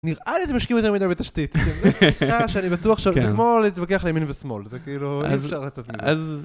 נראה לי אתם משקיעים יותר מדי בתשתית, זה שיחה שאני בטוח שזה כמו להתווכח לימין ושמאל, זה כאילו אי אפשר לצאת מזה. אז, אז